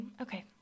okay